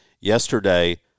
Yesterday